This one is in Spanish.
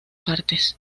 partes